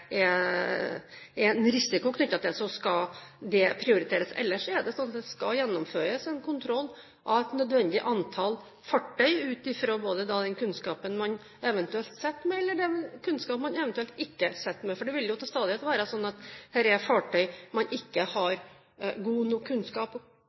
er en risiko knyttet til – skal det prioriteres. Ellers skal det gjennomføres en kontroll av et nødvendig antall fartøy ut fra både den kunnskapen man eventuelt sitter med, og den kunnskapen man eventuelt ikke sitter med. For det vil jo til stadighet være slik at det er fartøy man ikke har